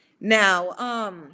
Now